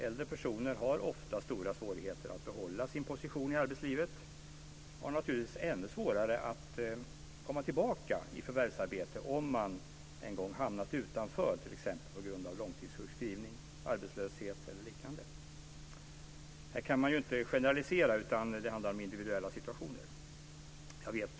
Äldre personer har ofta stora svårigheter att behålla sin position i arbetslivet och har naturligtvis ännu svårare att komma tillbaka i förvärvsarbete efter att en gång ha hamnat utanför på grund av långtidssjukskrivning, arbetslöshet eller liknande. Här kan man inte generalisera, utan det handlar om individuella situationer.